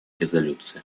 резолюции